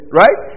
right